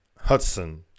Hudson